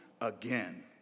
again